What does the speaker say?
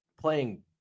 playing